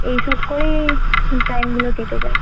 এই সব করেই টাইমগুলো কেটে যায়